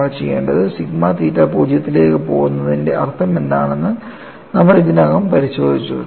നമ്മൾ ചെയ്യേണ്ടത് sigma theta 0 ലേക്ക് പോകുന്നതിന്റെ അർത്ഥമെന്താണെന്ന് നമ്മൾ ഇതിനകം പരിശോധിച്ചു